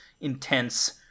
intense